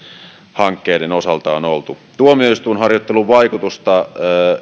hankkeiden osalta on oltu tuomioistuinharjoittelun vaikutusta